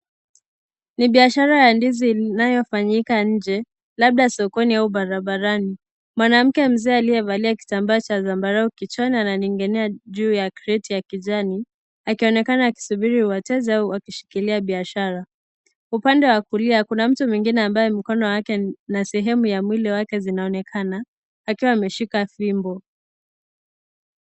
Ni biashara ya ndizi inayofanyika nje, labda sokoni au barabarani. Mwanamke mzee aliyevalia kitambaa cha zambarau kichwani ananing'inia juu ya kreti ya kijani, akionekana akisubiri wateja wakishikilia biashara. Upande wa kulia kuna mtu mwingine ambaye mkono wake na sehemu ya mwili wake zinaonekana, akiwa ameshika fimbo.